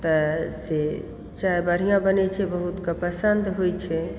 तऽ से चाय बढ़िऑं बनै छै बहुत लोकके पसन्द होइ छै